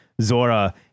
Zora